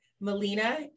melina